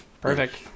Perfect